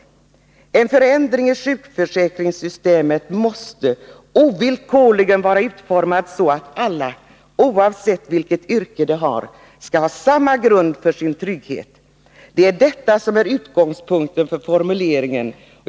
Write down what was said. En förändring i sjukförsäkringssystemet måste ovillkorligen vara utformat så att alla, oavsett vilket yrke de har, skall ha samma grund för sin trygghet. Det är detta som är utgångspunkten för formuleringen.